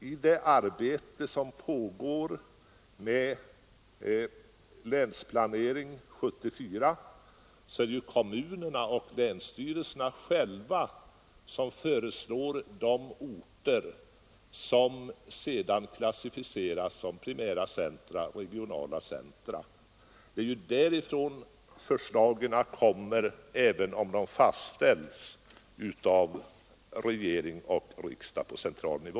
I det arbete som pågår med Länsplanering 1974 är det kommunerna och länsstyrelserna själva som föreslår vilka orter som skall klassificeras som primära centra och vilka som skall klassificeras som regionala centra. Det är därifrån förslagen kommer, även om de fastställs av regering och riksdag på central nivå.